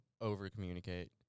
over-communicate